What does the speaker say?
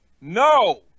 No